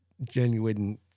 genuine